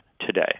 today